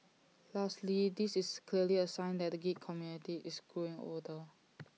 lastly this is clearly A sign that the geek community is growing older